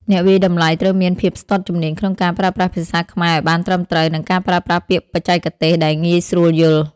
អ្នកវាយតម្លៃត្រូវមានភាពស្ទាត់ជំនាញក្នុងការប្រើប្រាស់ភាសាខ្មែរឱ្យបានត្រឹមត្រូវ និងការប្រើប្រាស់ពាក្យបច្ចេកទេសដែលងាយស្រួលយល់។